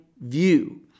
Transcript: view